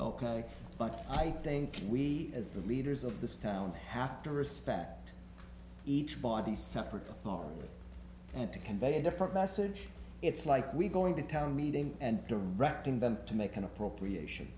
but i think we as the leaders of this town have to respect each body's separately thought and to convey a different message it's like we're going to town meeting and directing them to make an appropriation